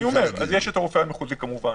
אני אומר שיש את הרופא המחוזי, כמובן,